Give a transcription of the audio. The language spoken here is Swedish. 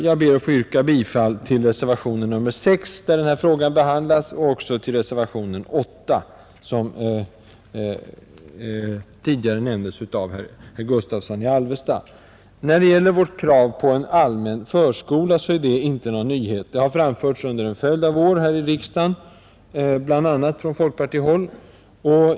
Jag ber att få yrka bifall till reservationen 6 där denna fråga behandlas. Vårt krav på en allmän förskola är ingen nyhet; det har framförts under en följd av år här i riksdagen, bl.a. från folkpartihåll.